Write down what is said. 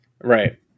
Right